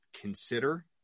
consider